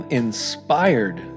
inspired